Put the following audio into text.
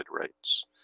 rates